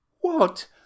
What